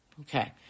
Okay